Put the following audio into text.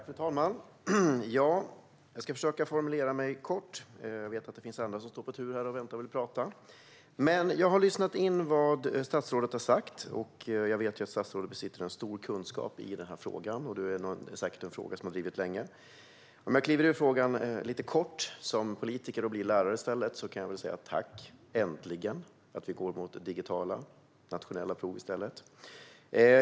Fru talman! Jag ska försöka formulera mig kort. Jag vet att det finns andra som står på tur och vill tala. Jag har lyssnat in vad statsrådet har sagt, och jag vet att statsrådet besitter en stor kunskap i frågan. Det är säkert en fråga som statsrådet har drivit länge. Om jag lite kort kliver ur frågan som politiker och blir lärare i stället säger jag: Tack! Äntligen går vi mot digitala nationella prov.